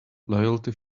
loyalty